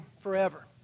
forever